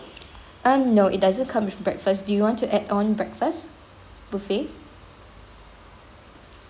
uh no it doesn't come with breakfast do you want to add on breakfast buffet